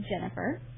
Jennifer